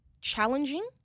challenging